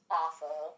awful